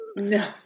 No